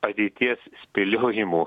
ateities spėliojimų